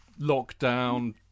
lockdown